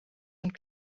und